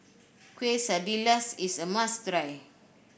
quesadillas is a must try